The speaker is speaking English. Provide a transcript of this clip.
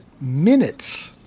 minutes